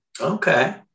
Okay